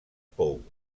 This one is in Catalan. pou